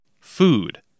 Food